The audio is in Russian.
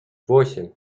восемь